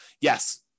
yes